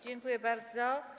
Dziękuję bardzo.